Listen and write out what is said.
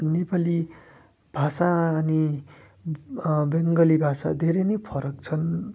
नेपाली भाषा अनि बङ्गाली भाषा धेरै नै फरक छन्